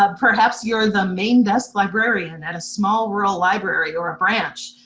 ah perhaps you're the main desk librarian and at a small rural library or ah branch.